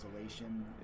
isolation